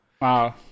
Wow